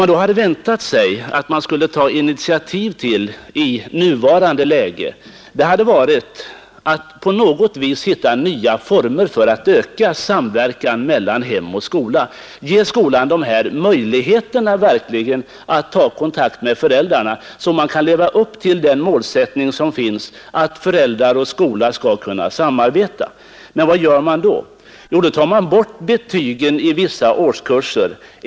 Man hade väntat sig att det i detta läge skulle tas initiativ till att försöka finna nya former för att öka samverkan mellan skola och hem, så att det blir möjligt att leva upp till målsättningen att föräldrar och skola skall samarbeta. Men i det läget tar man bort betygen i vissa årskurser.